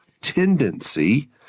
tendency